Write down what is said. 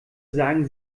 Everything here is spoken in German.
sagen